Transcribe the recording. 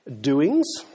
doings